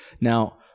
Now